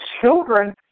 children